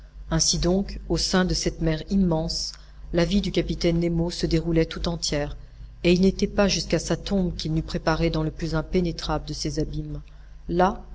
ainsi donc au sein de cette mer immense la vie du capitaine nemo se déroulait tout entière et il n'était pas jusqu'à sa tombe qu'il n'eût préparée dans le plus impénétrable de ses abîmes là